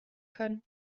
können